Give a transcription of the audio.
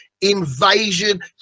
invasion